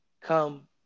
Come